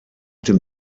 dem